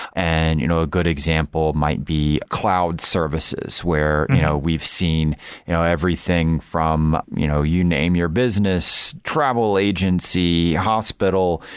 and you know a good example might be cloud services, where you know we've seen you know everything from you know you name your business, travel agency, hospital,